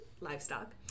livestock